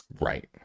Right